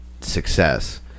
success